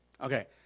Okay